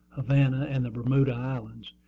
havana, and the bermuda islands.